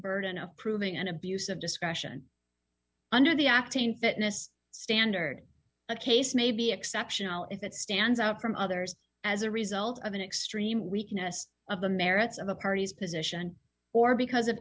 burden of proving an abuse of discretion under the acting fitness standard a case may be exceptional if it stands out from others as a result of an extreme weakness of the merits of a party's position or because of